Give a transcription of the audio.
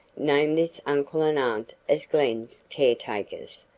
named this uncle and aunt as glen's caretakers,